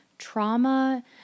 Trauma